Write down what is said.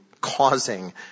causing